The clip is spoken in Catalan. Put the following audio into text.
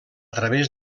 través